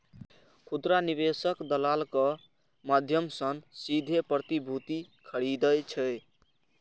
खुदरा निवेशक दलालक माध्यम सं सीधे प्रतिभूति खरीदै छै